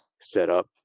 setup